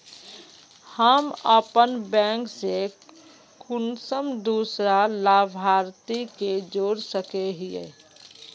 हम अपन बैंक से कुंसम दूसरा लाभारती के जोड़ सके हिय?